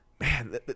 Man